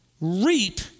reap